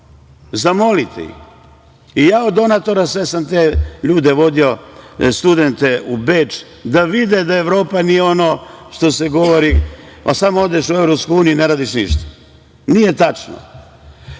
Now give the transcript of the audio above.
Zamolite ih i ja od donatora sve sam te ljude vodio, studente u Beč, da vide da Evropa nije ono što se govori, pa samo odeš u EU i ne radiš ništa. Nije tačno